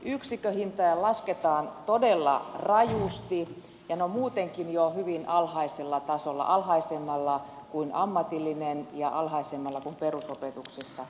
yksikköhintoja lasketaan todella rajusti ja ne ovat muutenkin jo hyvin alhaisella tasolla alhaisemmalla kuin ammatillisessa opetuksessa ja alhaisemmalla kuin perusopetuksessa